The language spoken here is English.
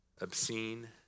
obscene